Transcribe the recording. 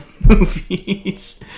movies